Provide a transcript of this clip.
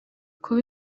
kuba